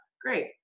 great